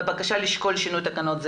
בבקשה לשקול שינוי תקנות.